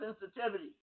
sensitivity